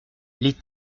les